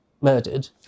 murdered